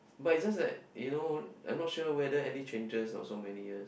but it's just that you know I'm not sure whether any changes not so many years